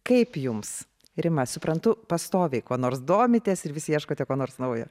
kaip jums rima suprantu pastoviai kuo nors domitės ir vis ieškote ko nors naujo